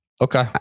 Okay